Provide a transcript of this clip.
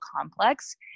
complex